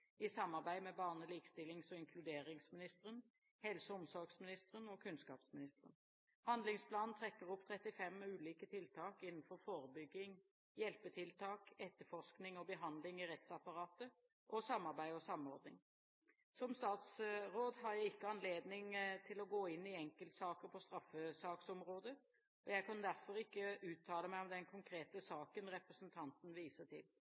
i samarbeid med barne-, likestillings- og inkluderingsministeren, helse- og omsorgsministeren og kunnskapsministeren. Handlingsplanen trekker opp 35 ulike tiltak innen forebygging, hjelpetiltak, etterforsking og behandling i rettsapparatet og samarbeid og samordning. Som statsråd har jeg ikke anledning til å gå inn i enkeltsaker på straffesaksområdet, og jeg kan derfor ikke uttale meg om den konkrete saken representanten viser til.